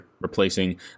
replacing